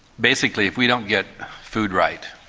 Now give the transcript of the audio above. basically, if we don't get food right,